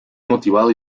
motivado